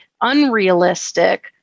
unrealistic